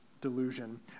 delusion